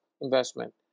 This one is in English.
investment